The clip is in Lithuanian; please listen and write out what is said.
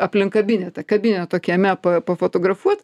aplink kabinetą kabineto kieme pafotografuot